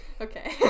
Okay